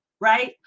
Right